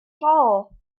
tall